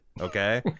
okay